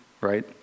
right